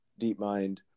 DeepMind